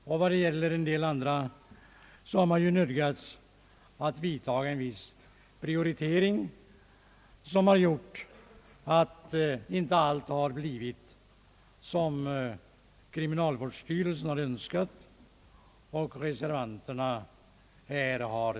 I andra fall har man nödgats göra en viss prioritering, som lett till att inte allt blivit så som kriminalvårdsstyrelsen önskat och reservanterna här tillstyrkt.